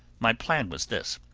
my plan was this,